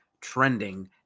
trending